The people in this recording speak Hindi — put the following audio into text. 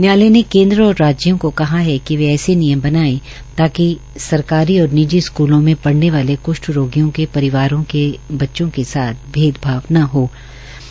न्यायालय ने केन्द्र और राज्यों को कहा हैकि वो ऐसे नियम बनाए ताकि सरकारी और निजी स्कूलों में पढ़ने वाले कृष्ठ रोगियों के परिवारों के बच्चों के साथ भेदभाव न किया जाए